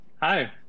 hi